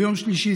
ביום שלישי,